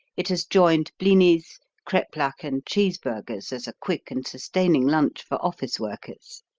it has joined blinis, kreplach and cheeseburgers as a quick and sustaining lunch for office workers.